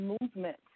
movement